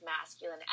masculine